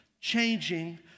changing